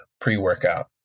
pre-workout